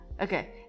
Okay